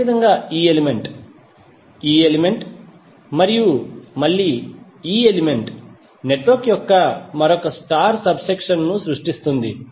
అదేవిధంగా ఈ ఎలిమెంట్ ఈ ఎలిమెంట్ మరియు మళ్ళీ ఈ ఎలిమెంట్ నెట్వర్క్ యొక్క మరొక స్టార్ సబ్ సెక్షన్ ను సృష్టిస్తుంది